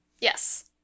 Yes